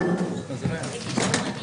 להארכה,